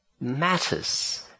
matters